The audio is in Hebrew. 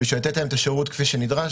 בשביל לתת להם את השירות כפי שנדרש,